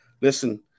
Listen